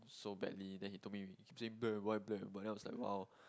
so badly then he told me he keep saying black and white black and white then I was like !wow!